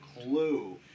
clue